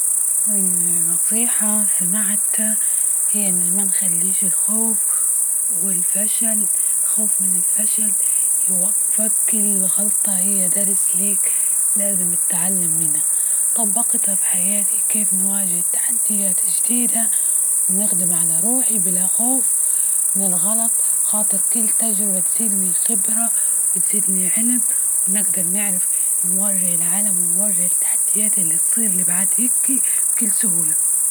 أحسن نصيحة سمعتا هي إن ما نخليش الخوف والفشل، الخوف من الفشل يوقفك كل غلطة هيا درس ليك لازم تتعلم منها، طبقتها في حياتي كيف نواجه التحديات الجديدة ونخدم على روحي بلا خوف من الغلط ، خاطر كل تجربة تزيدني خبرة، وتزيدني علم، ونقدر نعرف نوري العالم ونوري التحديات اللي تصير لبعض هكي بكل سهولة.